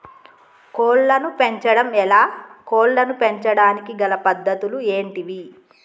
కోళ్లను పెంచడం ఎలా, కోళ్లను పెంచడానికి గల పద్ధతులు ఏంటివి?